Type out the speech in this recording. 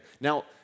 Now